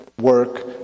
work